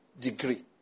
degree